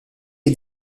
est